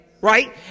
Right